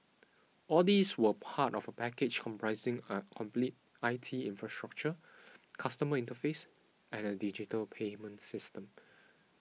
all these were part of a package comprising a complete I T infrastructure customer interface and a digital payment system